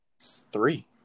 Three